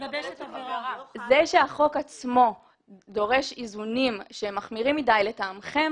זה שהחוק עצמו דורש איזונים שהם מחמירים מדי לטעמכם,